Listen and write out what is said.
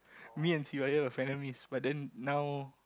me and Sivaya were frenemies but then now